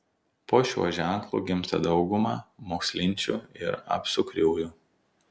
po šiuo ženklu gimsta dauguma mokslinčių ir apsukriųjų